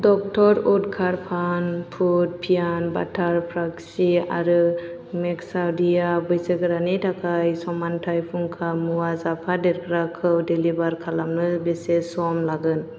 doctor उत्कार फानफुड पियान्ट बाटार प्राक्सि आरो मेक्सादिया बैसोगोरानि थाखाय समानथाइ फुंखा मुवा जाफादेरग्राखौ डेलिभार खालामनो बेसे सम लागोन